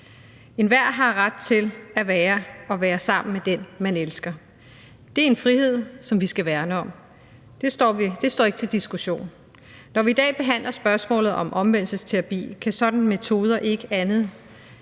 Enhver har ret til at være den, man er, og være sammen med den, man elsker. Det er en frihed, som vi skal værne om; det står ikke til diskussion. Når vi i dag behandler spørgsmålet om omvendelsesterapi, kan sådanne metoder ikke andet